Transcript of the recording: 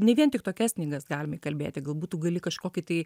ne vien tik tokias knygas galim įkalbėti gal būtų gali kažkokį tai